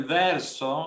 verso